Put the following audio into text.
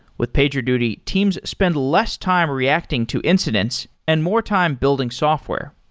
with pagerduty, teams spend less time reacting to incidents and more time building software.